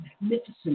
magnificent